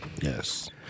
Yes